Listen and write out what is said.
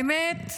האמת,